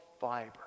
fiber